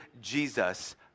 Jesus